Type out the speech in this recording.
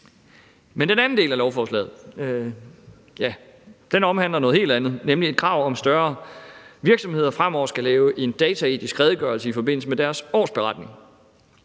den anden del af lovforslaget omhandler noget helt andet, nemlig et krav om, at større virksomheder fremover skal lave en dataetisk redegørelse i forbindelse med deres årsberetning.